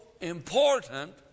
important